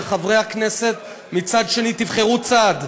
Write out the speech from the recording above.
ולחברי הכנסת מצד שני: תבחרו צד.